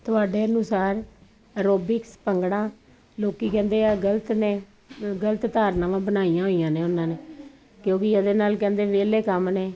ਤੁਹਾਡੇ ਅਨੁਸਾਰ ਐਰੋਬਿਕਸ ਭੰਗੜਾ ਲੋਕੀ ਕਹਿੰਦੇ ਆ ਗਲਤ ਨੇ ਗਲਤ ਧਾਰਨਾਵਾਂ ਬਣਾਈਆਂ ਹੋਈਆਂ ਨੇ ਉਹਨਾਂ ਨੇ ਕਿਉਂਕਿ ਇਹਦੇ ਨਾਲ ਕਹਿੰਦੇ ਵਿਹਲੇ ਕੰਮ ਨੇ